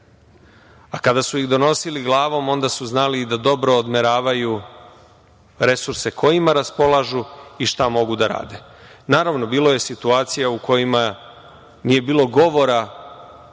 Kada su ih donosili glavom, onda su znali i da dobro odmeravaju resurse kojima raspolažu i šta mogu da rade. Naravno, bilo je situacija u kojima nije bilo govora